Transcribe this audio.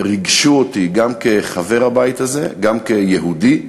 ריגשו אותי גם כחבר הבית הזה, גם כיהודי,